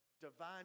Divine